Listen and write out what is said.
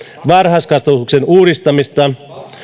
varhaiskasvatuksen uudistamista